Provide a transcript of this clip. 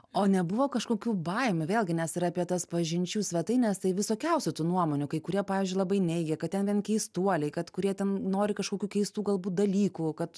o nebuvo kažkokių baimių vėlgi nes ir apie tas pažinčių svetaines tai visokiausi tų nuomonių kai kurie pavyzdžiui labai neigė kad ten vien keistuoliai kad kurie ten nori kažkokių keistų galbūt dalykų kad